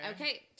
Okay